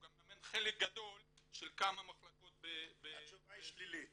אלא גם את חלק גדול של כמה מחלקות ב- -- התשובה היא שלילית.